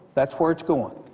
that's where it's going.